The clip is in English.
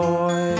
Boy